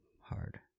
hard